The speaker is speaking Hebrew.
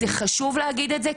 זה חשוב להגיד את זה,